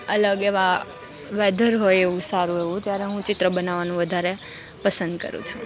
અલગ એવા વેધર હોય એવું સારું એવું ત્યારે હું ચિત્ર બનાવવાનું વધારે પસંદ કરું છું